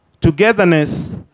togetherness